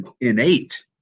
innate